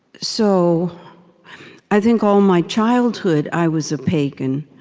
so i think, all my childhood, i was a pagan,